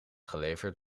geleverd